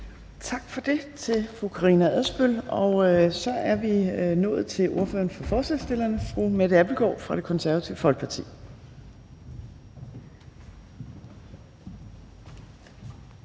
Tak for det til fru Karina Adsbøl. Og så er vi nået til ordføreren for forslagsstillerne, fru Mette Abildgaard fra Det Konservative Folkeparti.